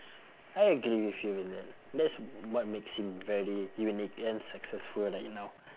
I agree with you in that that's what makes him very unique and successful right now